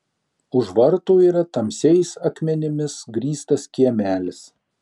už vartų yra tamsiais akmenimis grįstas kiemelis